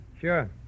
Sure